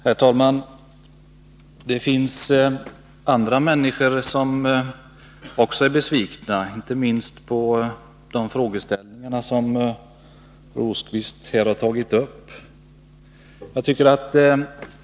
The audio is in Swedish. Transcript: Herr talman! Det finns andra människor som också är besvikna när det gäller de frågeställningar som Birger Rosqvist har tagit upp.